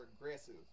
aggressive